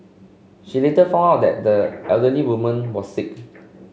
she later found out that the elderly woman was sick